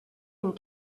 and